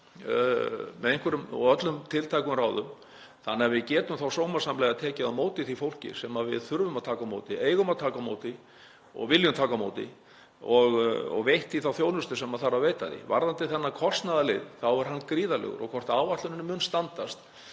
með einhverjum og öllum tiltækum ráðum þannig að við getum þá sómasamlega tekið á móti því fólki sem við þurfum að taka á móti, eigum að taka á móti og viljum taka á móti og veitt því þá þjónustu sem þarf að veita því. Varðandi þennan kostnaðarlið þá er hann gríðarlegur. Og hvort áætlunin muni standast,